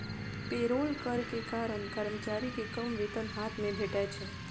payroll कर के कारण कर्मचारी कें कम वेतन हाथ मे भेटै छै